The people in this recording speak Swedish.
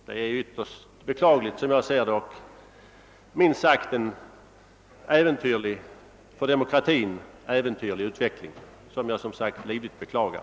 Detta utgör en för demokratin minst sagt äventyrlig utveckling, som jag livligt beklagar.